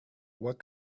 what